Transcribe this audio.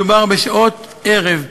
מדובר בשעות ערב ולילה,